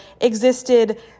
existed